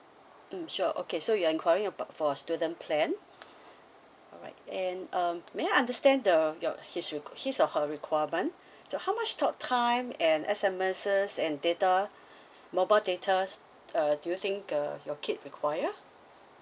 mm sure okay so you're enquiring about for student plan alright and um may I understand the his req~ his or her requirement so how much talk time and S_M_Ses and data mobile datas uh do you think uh your kid require